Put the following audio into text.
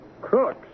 Crooks